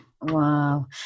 Wow